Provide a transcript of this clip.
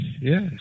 yes